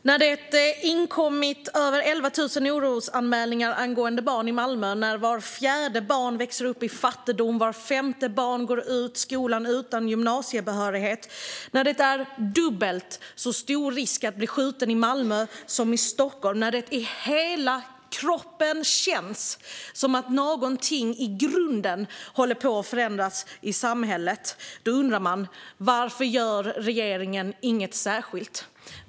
När det inkommit över 11 000 orosanmälningar om barn i Malmö, när vart fjärde barn växer upp i fattigdom och vart femte barn går ut skolan utan gymnasiebehörighet, när det är dubbelt så stor risk att bli skjuten i Malmö som i Stockholm och när det i hela kroppen känns som att någonting i grunden håller på att förändras i samhället, då undrar man: Varför gör regeringen inget särskilt?